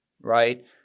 right